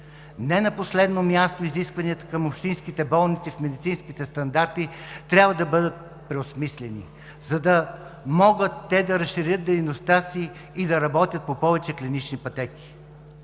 Не на последно място, изискванията към общинските болници, в медицинските стандарти, трябва да бъдат преосмислени, за да могат да разширят дейността си и да работят по повече клинични пътеки.